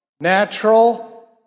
natural